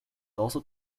also